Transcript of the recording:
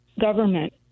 government